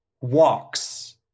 walks